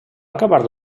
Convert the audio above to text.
acabar